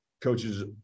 coaches